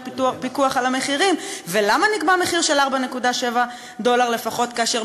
פיקוח על המחירים ולמה נקבע מחיר של 4.7 דולר לפחות כאשר